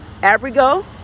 Abrigo